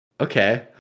Okay